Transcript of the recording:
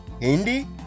Hindi